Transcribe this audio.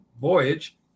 voyage